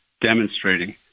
demonstrating